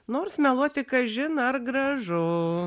nors meluoti kažin ar gražu